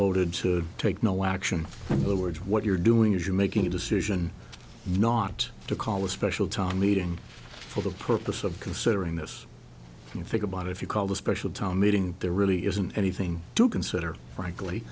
voted to take no action on the words what you're doing is you making a decision not to call a special town meeting for the purpose of considering this you think about if you call the special town meeting there really isn't anything to consider frankly